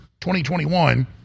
2021